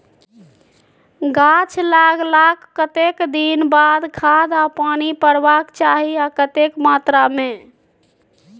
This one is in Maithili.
गाछ लागलाक कतेक दिन के बाद खाद आ पानी परबाक चाही आ कतेक मात्रा मे?